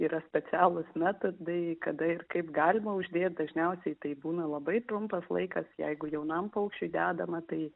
yra specialūs metodai kada ir kaip galima uždėt dažniausiai tai būna labai trumpas laikas jeigu jaunam paukščiui dedama tai